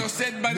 שהיא נושאת בנטל.